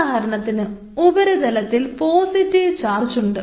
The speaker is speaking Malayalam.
ഉദാഹരണത്തിന് ഉപരിതലത്തിൽ പോസിറ്റീവ് ചാർജ് ഉണ്ട്